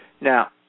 Now